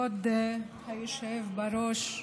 כבוד היושב בראש,